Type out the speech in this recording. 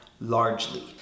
largely